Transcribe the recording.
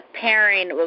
pairing